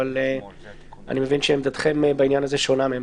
אבל אני מבין שעמדתכם בעניין הזה שונה מעמדתי.